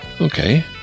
Okay